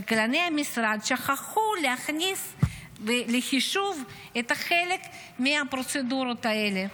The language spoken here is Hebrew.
כלכלני המשרד "שכחו" להכניס לחישוב חלק מהפרוצדורות האלה,